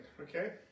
Okay